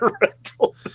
rental